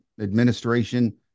administration